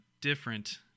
different